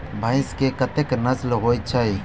भैंस केँ कतेक नस्ल होइ छै?